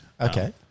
Okay